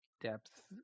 depth